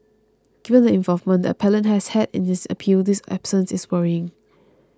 given the involvement the appellant has had in this appeal his absence is worrying